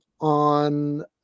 on